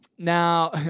Now